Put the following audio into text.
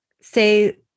say